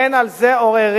אין על זה עוררין,